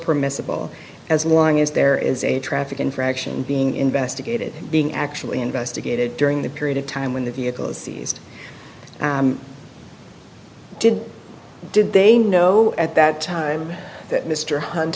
permissible as long as there is a traffic infraction being investigated and being actually investigated during the period of time when the vehicle was seized did did they know at that time that mr hunt